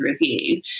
review